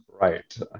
Right